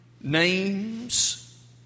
names